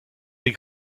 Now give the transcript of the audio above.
les